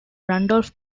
randolph